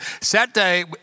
Saturday